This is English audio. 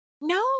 No